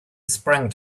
sprang